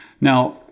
Now